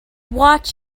watch